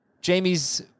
Jamie's